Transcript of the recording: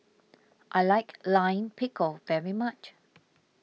I like Lime Pickle very much